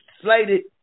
slated